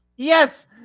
Yes